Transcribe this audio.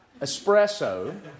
Espresso